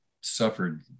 suffered